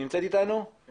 אני